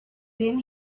then